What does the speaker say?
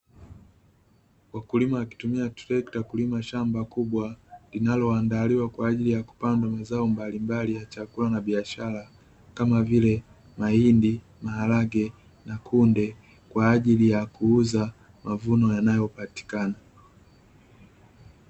Wakulima wakitumia trekta kulima shamba kubwa, linaloandaliwa kwa ajili ya kupandwa mazao mbalimbali ya chakula na biashara, kama vile mahindi, maharage na kunde kwa ajili ya kuuza mavuno yanayopatikana.